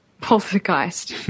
poltergeist